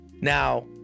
now